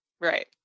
Right